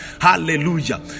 Hallelujah